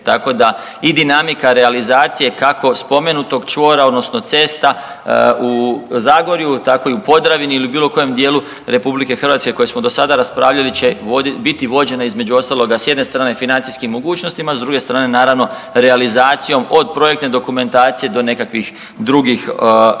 Tako da i dinamika realizacije kako spomenutog čvora odnosno cesta u Zagorju, tako i u Podravini ili bilo kojem dijelu RH koje smo do sada raspravljali će biti vođene između ostaloga s jedne strane financijskim mogućnostima, s druge strane naravno realizacijom od projektne dokumentacije do nekakvih drugih dijelova.